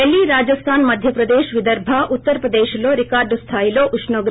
దీల్లీ రాజస్థాన్ మధ్యప్రదేశ్ విదర్భ ఉత్తరప్రదేశ్లో రికార్డు స్థాయిలో ఉష్ణోగ